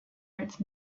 out